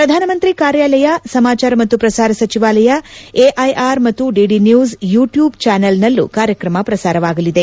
ಪ್ರಧಾನಮಂತ್ರಿ ಕಾರ್ಯಾಲಯ ಸಮಾಚಾರ ಮತ್ತು ಪ್ರಸಾರ ಸಚಿವಾಲಯ ಎಐಆರ್ ಮತ್ತು ಡಿಡಿ ನ್ನೂಸ್ ಯುಟ್ಲೂಬ್ ಚಾನಲ್ನಲ್ಲೂ ಕಾರ್ಯಕ್ರಮ ಪ್ರಸಾರವಾಗಲಿದೆ